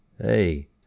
hey